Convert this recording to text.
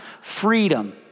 freedom